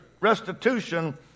restitution